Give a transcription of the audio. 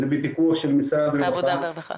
זה בפיקוח של משרד העבודה והרווחה.